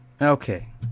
Okay